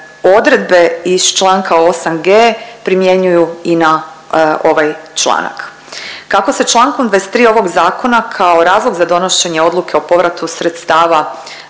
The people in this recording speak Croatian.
odredbe iz čl. 8.g primjenjuju i na ovaj članak. Kako se čl. 23. ovog zakona kao razlog za donošenje odluke o povratu sredstava